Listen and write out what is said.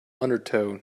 undertow